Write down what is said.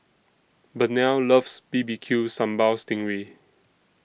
Burnell loves B B Q Sambal Sting Ray